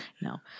No